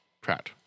Pratt